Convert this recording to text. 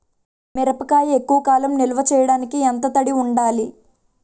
మిరపకాయ ఎక్కువ కాలం నిల్వ చేయటానికి ఎంత తడి ఉండాలి?